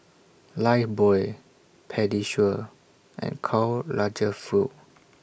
Lifebuoy Pediasure and Karl Lagerfeld